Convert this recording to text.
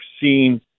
seen